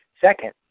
Second